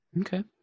Okay